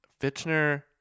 Fitchner